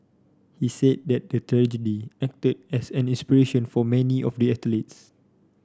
he said the tragedy acted as an inspiration for many of the athletes